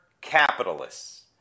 capitalists